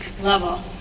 level